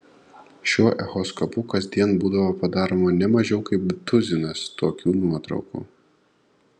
šiuo echoskopu kasdien būdavo padaroma ne mažiau kaip tuzinas tokių nuotraukų